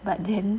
but then